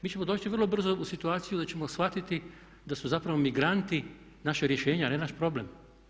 Mi ćemo doći vrlo brzo u situaciju da ćemo shvatiti da su zapravo migranti naše rješenje, a ne naš problem.